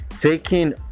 taking